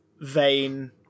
vain